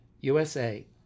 USA